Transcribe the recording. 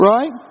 Right